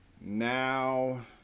Now